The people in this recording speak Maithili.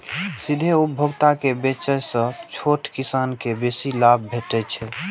सीधे उपभोक्ता के बेचय सं छोट किसान कें बेसी लाभ भेटै छै